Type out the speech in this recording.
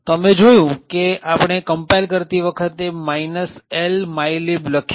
તમે જોયું કે આપણે કમ્પાઈલ કરતી વખતે L mylib લખ્યું